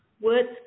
Words